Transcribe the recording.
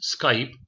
Skype